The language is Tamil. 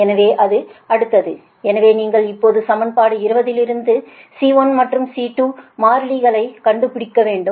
எனவே இது அடுத்தது எனவே நீங்கள் இப்போது சமன்பாடு 20 லிருந்து C1 மற்றும் C2 மாறிலிகளை கண்டுபிடிக்க வேண்டும்